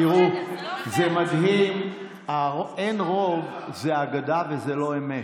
תראו, זה מדהים, "אין רוב" זה אגדה, וזו לא אמת.